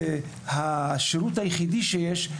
השירות היחידי שיש,